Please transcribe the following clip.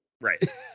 Right